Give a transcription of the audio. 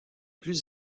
plus